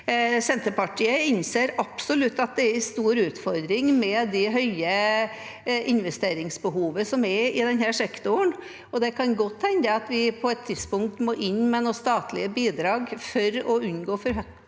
Senterpartiet innser absolutt at det er en stor utfordring med det høye investeringsbehovet i denne sektoren, og det kan godt hende at vi på et tidspunkt må inn med noen statlige bidrag for å unngå for høye